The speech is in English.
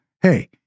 hey